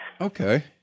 Okay